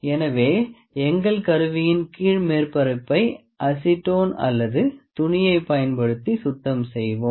எனவே எங்கள் கருவியின் கீழ் மேற்பரப்பை அசிட்டோன் அல்லது துணியை பயன்படுத்தி சுத்தம் செய்வோம்